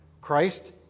Christ